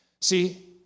See